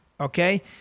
Okay